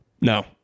No